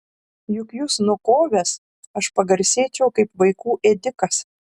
juk jus nukovęs aš pagarsėčiau kaip vaikų ėdikas